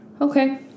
Okay